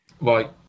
right